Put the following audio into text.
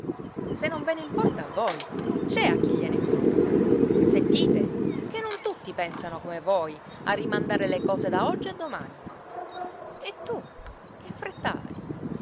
se non ve ne importa a voi c'è a chi gliene importa sentite che non tutti pensano come voi a rimandare le cose da oggi a domani e tu che fretta